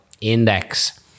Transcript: index